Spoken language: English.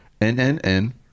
N-N-N